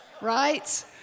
right